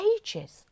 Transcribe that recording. ages